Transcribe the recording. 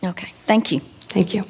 ok thank you thank you